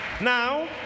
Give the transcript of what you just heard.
Now